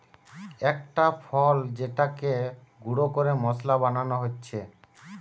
একটা ফল যেটাকে গুঁড়ো করে মশলা বানানো হচ্ছে